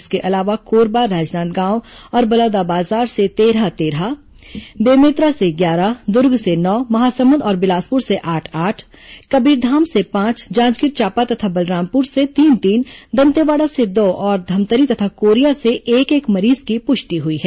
इसके अलावा कोरबा राजनांदगांव और बलौदाबाजार से तेरह तेरह बेमेतरा से ग्यारह दुर्ग से नौ महासमुंद और बिलासपुर से आठ आठ कबीरधाम से पांच जांजगीर चांपा तथा बलरामपुर से तीन तीन दंतेवाड़ा से दो और धमतरी तथा कोरिया से एक एक मरीजों की पुष्टि हुई है